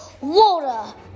water